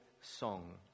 song